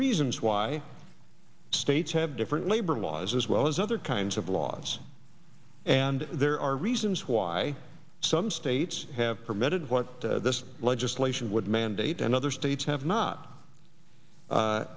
reasons why states have different labor laws as well as other kinds of laws and there are reasons why some states have permitted what this legislation would mandate and other states have